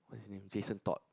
his name Jason-Todd